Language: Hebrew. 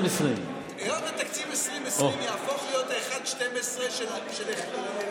2020. היות שתקציב 2020 יהפוך להיות 1 חלקי 12 של ינואר,